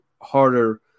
Harder